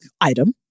item